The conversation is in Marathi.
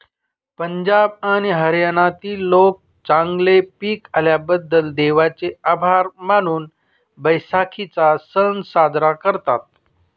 पंजाब आणि हरियाणातील लोक चांगले पीक आल्याबद्दल देवाचे आभार मानून बैसाखीचा सण साजरा करतात